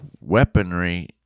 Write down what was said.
weaponry